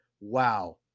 Wow